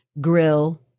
grill